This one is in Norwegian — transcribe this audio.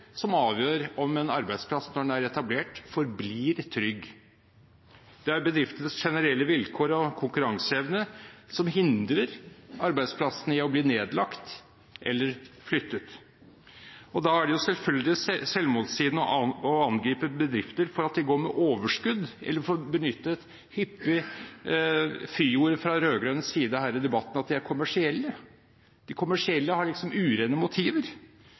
som avgjør om en arbeidsplass når den er etablert, forblir trygg. Det er bedriftenes generelle vilkår og konkurranseevne som hindrer arbeidsplassene i å bli nedlagt eller flyttet. Da er det selvfølgelig selvmotsigende å angripe bedrifter for at de går med overskudd, eller – for å benytte et hyppig fyord fra rød-grønn side her i debatten – at de er kommersielle. De kommersielle har liksom urene motiver.